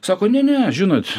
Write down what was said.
sako ne ne žinot